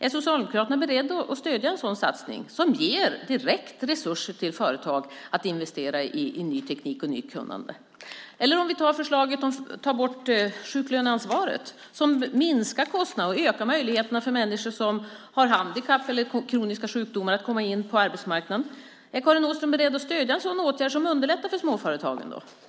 Är Socialdemokraterna beredda att stödja en sådan satsning som direkt ger resurser till företag att investera i ny teknik och nytt kunnande? Förslaget att ta bort sjuklöneansvaret minskar kostnaderna och ökar möjligheterna för människor som har handikapp eller kroniska sjukdomar att komma in på arbetsmarknaden. Är Karin Åström beredd att stödja en sådan åtgärd som underlättar för småföretagen?